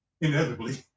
inevitably